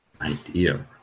Idea